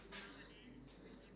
and that's really nice